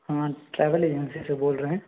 हाँ travel agency से बोल रहे हैं